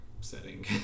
setting